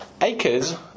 acres